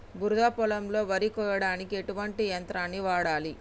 బురద పొలంలో వరి కొయ్యడానికి ఎటువంటి యంత్రాన్ని వాడాలి?